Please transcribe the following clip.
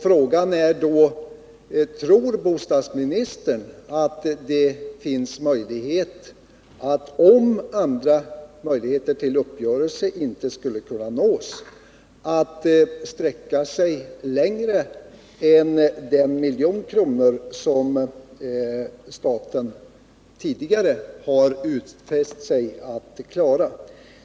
Frågan är då: Om en uppgörelse inte nu skulle kunna nås, tror bostadsministern då att det finns någon möjlighet att sträcka sig längre än till den miljon som staten tidigare har utfäst sig att betala?